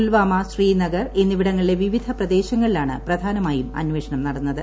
പുൽവാമ ശ്രീനഗർ എന്നിവിടങ്ങളിലെ വിവിധ പ്രദേശങ്ങളിലാണ് പ്രധാനമായും അന്വേഷണം നടന്നത്